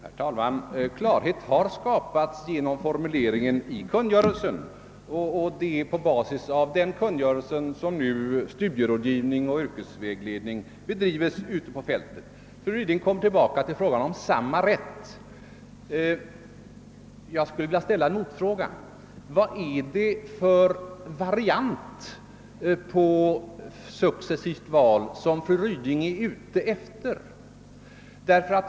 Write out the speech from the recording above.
Herr talman! Klarhet har skapats genom formuleringen i kungörelsen, och det är på basis av den kungörelsen som nu studierådgivning och yrkesvägledning bedrivs ute på fältet. Fru Ryding kommer tillbaka till frågan om »samma rätt». Jag vill ställa en motfråga: Vad är det för variant på successivt val som fru Ryding är ute efter?